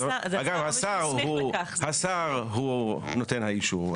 אגב, השר הוא, השר הוא נותן האישור.